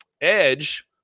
Edge